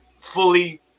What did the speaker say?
fully